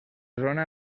zona